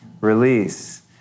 release